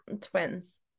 twins